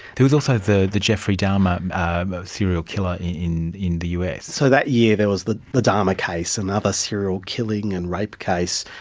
was also the the jeffrey dahmer serial killer in in the us. so that year there was the the dahmer case, another serial killing and rape case,